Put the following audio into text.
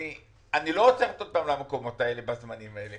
אני לא רוצה לקחת אותם למקומות האלה בזמנים האלה,